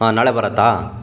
ಹಾಂ ನಾಳೆ ಬರುತ್ತಾ